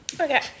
Okay